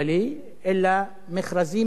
אלא מכרזים ייעודיים,